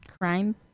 crime